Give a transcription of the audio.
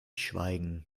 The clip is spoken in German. schweigen